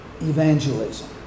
evangelism